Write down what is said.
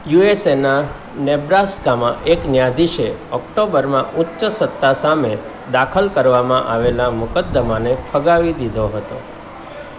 યુએસેના નેબ્રાસ્કામાં એક ન્યાયાધીશે ઓક્ટોબરમાં ઉચ્ચ સત્તા સામે દાખલ કરવામાં આવેલા મુકદ્દમાને ફગાવી દીધો હતો